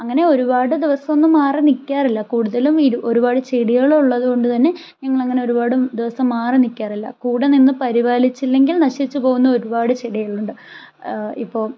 അങ്ങനെ ഒരുപാട് ദിവസം ഒന്നും മാറി നിക്കാറില്ല കൂടുതലും ഇരു ഒരുപാട് ചെടികൾ ഉള്ളത് കൊണ്ട് തന്നെ ഞങ്ങൾ അങ്ങനെ ഒരുപാട് ദിവസം മാറി നിക്കാറില്ല കൂടെ നിന്ന് പരിപാലിച്ചില്ലെങ്കിൽ നശിച്ച് പോകുന്ന ഒരുപാട് ചെടികളുണ്ട് ഇപ്പോൾ